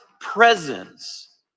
presence